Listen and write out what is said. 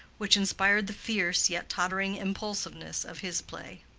which inspired the fierce yet tottering impulsiveness of his play.